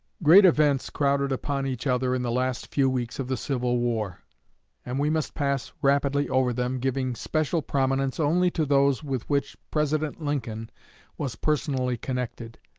great events crowded upon each other in the last few weeks of the civil war and we must pass rapidly over them, giving special prominence only to those with which president lincoln was personally connected.